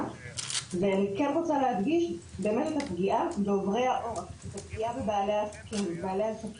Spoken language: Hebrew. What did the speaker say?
ואני רוצה להדגיש את הפגיעה בעוברי אורח ופגיעה בבעלי עסקים,